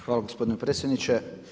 Hvala gospodine predsjedniče.